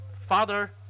father